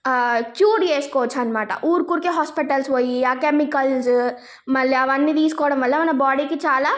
cure చేసుకోవచ్చు అన్నమాట ఊరుకే ఊరికే హాస్పిటల్స్ పోయి ఆ కెమికల్స్ మళ్ళీ అవన్నీ తీసుకోవడం వల్ల మన బాడీకి చాలా